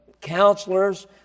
counselors